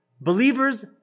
Believers